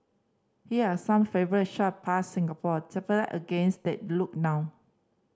here are some favourite shot past Singapore tape against they look now